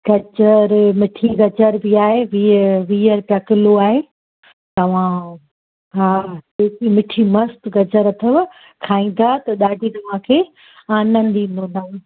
गजरु मिठी गजरु बि आहे वीह वीह रुपया किलो आहे तव्हां हा एतिरी मिठी मस्तु गजर अथव खाईंदा त ॾाढी तव्हांखे आनंद ईंदो जामु